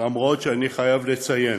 למרות שאני חייב לציין